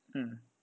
mm